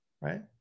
Right